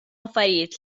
affarijiet